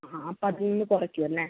ആ അപ്പം അതിൽ നിന്ന് കുറയ്ക്കും അല്ലേ